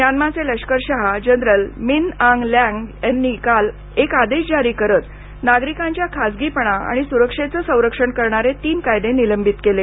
म्यानमाचे लष्करशहा general Min Aung Hlaing यांनी काल एक आदेश जारी करत नागरिकांच्या खासगीपणा आणि सुरक्षेचं संरक्षण करणारे तीन कायदे निलंबित केले